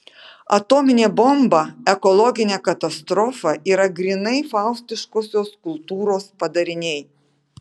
atominė bomba ekologinė katastrofa yra grynai faustiškosios kultūros padariniai